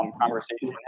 conversation